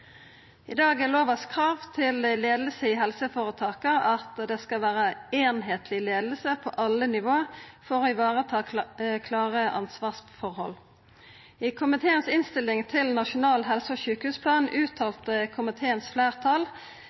I dag er lovkrava når det gjeld leiing i helseføretaka, at det skal vera einskapleg leiing på alle nivå, for å vareta klare ansvarsforhold. I komiteen si innstilling til Nasjonal helse- og sjukehusplan